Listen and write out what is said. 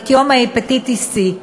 את יום ההפטיטיס C,